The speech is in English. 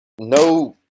No